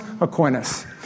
Aquinas